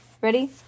Ready